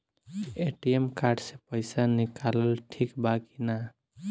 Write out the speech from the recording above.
ATM card से पईसा निकालल ठीक बा की ना?